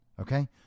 Okay